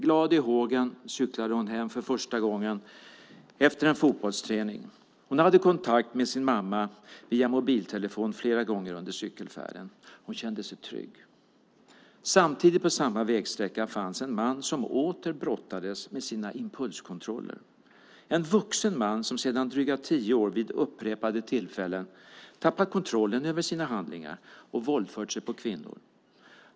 Glad i hågen cyklade hon hem för första gången efter en fotbollsträning. Hon hade kontakt med sin mamma via mobiltelefon flera gånger under cykelfärden. Hon kände sig trygg. Samtidigt på samma vägsträcka fanns en man som åter brottades med sina impulskontroller. Det var en vuxen man som sedan dryga tio år vid upprepade tillfällen tappat kontrollen över sina handlingar och våldfört sig på kvinnor.